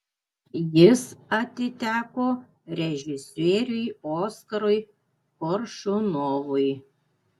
jis atiteko režisieriui oskarui koršunovui